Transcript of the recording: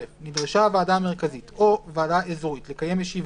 הוראת שעה 24א. (א)נדרשה הוועדה המרכזית או ועדה אזורית לקיים ישיבה,